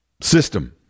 System